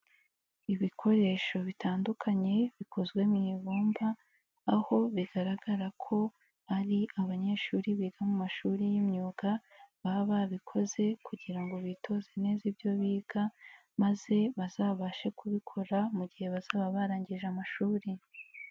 Ibikoresho bitandukanye bikozwe mu ibumba, aho bigaragara ko ari abanyeshuri biga mu mashuri y' imyuga baba babikoze kugira ngo bitoze neza ibyo biga maze bazabashe kubikora mu gihe bazaba barangije amashuri.